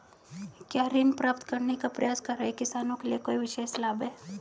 क्या ऋण प्राप्त करने का प्रयास कर रहे किसानों के लिए कोई विशेष लाभ हैं?